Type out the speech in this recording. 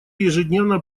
ежедневно